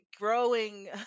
growing